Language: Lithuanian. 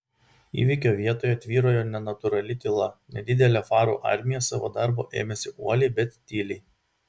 įvykio vietoje tvyrojo nenatūrali tyla nedidelė farų armija savo darbo ėmėsi uoliai bet tyliai